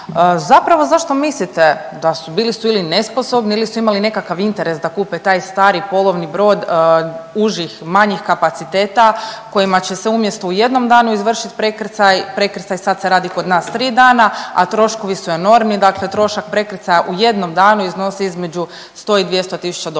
Zapravo zašto mislite da su, bili su ili nesposobni ili su imali nekakav interes da kupe taj stari polovni brod užih i manjih kapaciteta kojima će se umjesto u jednom danu izvršit prekrcaj, prekrcaj sad se radi kod nas tri dana, a troškovi su enormni, dakle trošak prekrcaja u jednom danu iznosi između 100 i 200 tisuća dolara.